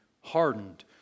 hardened